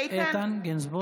איתן גינזבורג.